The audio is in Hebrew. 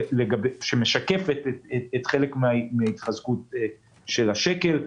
שמשקפת את חלק מהתחזקות השקל.